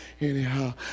anyhow